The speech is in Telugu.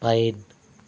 పైన్